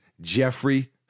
Jeffrey